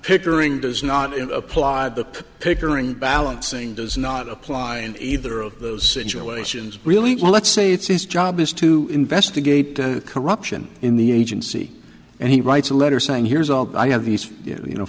pickering does not apply the pickering balancing does not apply in either of those situations really well let's say it's his job is to investigate corruption in the agency and he writes a letter saying here's all i have these you know